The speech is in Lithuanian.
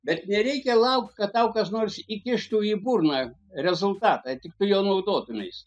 bet nereikia laukt kad tau kas nors įkištų į burną rezultatą tik tu juo naudotumeisi